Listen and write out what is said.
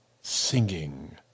singing